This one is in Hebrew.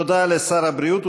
תודה לשר הבריאות.